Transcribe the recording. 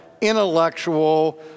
intellectual